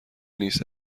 نیست